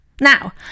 Now